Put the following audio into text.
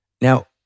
Now